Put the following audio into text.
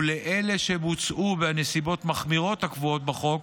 ולאלה שבוצעו בנסיבות מחמירות הקבועות בחוק,